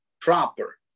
proper